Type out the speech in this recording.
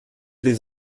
les